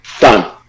done